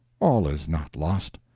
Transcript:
all is not lost!